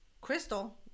crystal